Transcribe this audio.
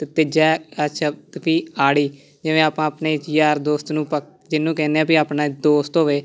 ਅਤੇ ਤੀਜਾ ਅੱਛਾ ਵੀ ਆੜੀ ਜਿਵੇਂ ਆਪਾਂ ਆਪਣੇ ਯਾਰ ਦੋਸਤ ਨੂੰ ਪਾ ਜਿਹਨੂੰ ਕਹਿੰਦੇ ਵੀ ਆਪਣਾ ਦੋਸਤ ਹੋਵੇ